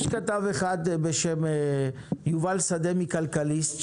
יש כתב אחד בשם יובל שדה מכלכליסט,